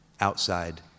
outside